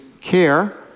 care